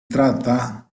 tratta